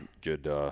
good, –